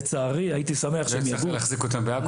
לצערי הייתי שמח שהם יגורו.